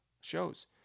shows